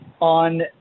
on